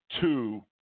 two